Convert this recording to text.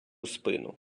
спину